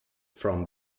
from